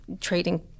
trading